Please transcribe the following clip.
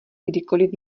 kdykoliv